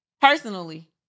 personally